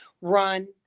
run